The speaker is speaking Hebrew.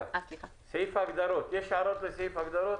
סעיף ההגדרות האם יש הערות לסעיף ההגדרות?